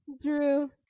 Drew